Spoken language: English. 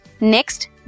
next